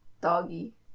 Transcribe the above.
Doggy